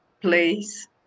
place